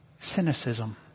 cynicism